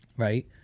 right